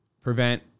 prevent